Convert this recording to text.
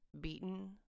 beaten